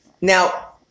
Now